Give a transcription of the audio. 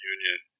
Union